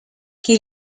qui